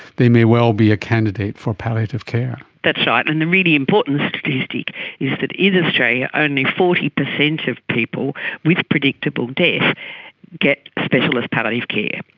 they may well be a candidate for palliative care. that's right, ah and the really important statistic is that in australia only forty percent of people with predictable death get specialist palliative care.